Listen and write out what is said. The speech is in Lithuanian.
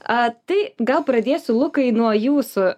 tai gal pradėsiu lukai nuo jūsų